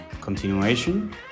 Continuation